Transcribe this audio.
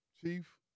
Chief